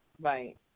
Right